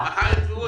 מחר יתבעו אותנו.